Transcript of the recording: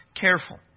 careful